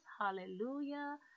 hallelujah